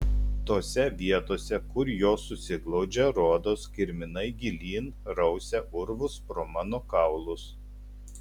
tose vietose kur jos susiglaudžia rodos kirminai gilyn rausia urvus pro mano kaulus